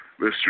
Mr